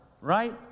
right